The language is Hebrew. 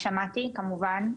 שמעתי כמובן.